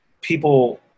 people